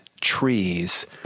trees